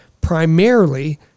primarily